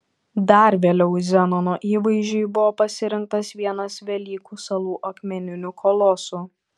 dar vėliau zenono įvaizdžiui buvo pasirinktas vienas velykų salų akmeninių kolosų